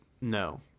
no